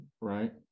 right